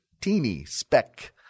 teeny-speck